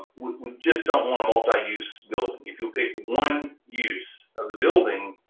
we just don't wanna multi use building, if you pick one use of the building,